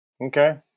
Okay